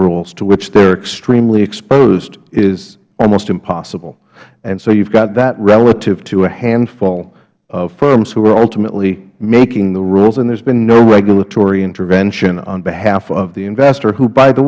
rules to which they are extremely exposed is almost impossible so you have that relative to a handful of firms who are ultimately making the rules and there has been no regulatory intervention on behalf of the investor who by the